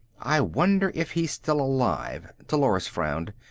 i wonder if he's still alive. dolores frowned.